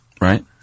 Right